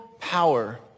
power